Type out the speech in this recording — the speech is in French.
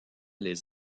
les